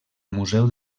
museu